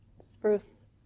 Spruce